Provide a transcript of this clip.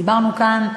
דיברנו כאן,